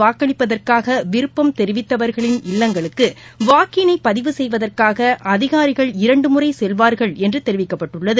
வாக்களிப்பதற்காகவிருப்பம் தெரிவித்தவர்களின் இல்லங்களுக்குவாக்கினைபதிவு தபால் செய்வதற்காகஅதிகாரிகள் இரண்டுமுறைசெல்வார்கள் என்றுதெரிவிக்கப்பட்டுள்ளது